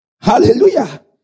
Hallelujah